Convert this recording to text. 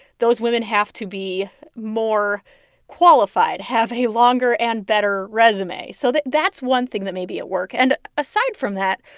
those women have to be more qualified, have a longer and better resume. so that's one thing that may be at work and aside from that,